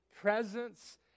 presence